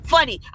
Funny